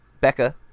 Becca